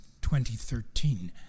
2013